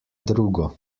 drugo